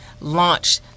launch